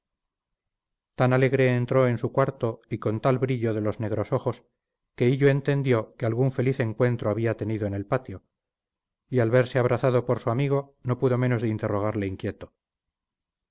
tan alegre entró en su cuarto y con tal brillo de los negros ojos que hillo entendió que algún feliz encuentro habla tenido en el patio y al verse abrazado por su amigo no pudo menos de interrogarle inquieto